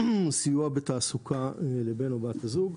סיוע בתעסוקה לבן או בת הזוג,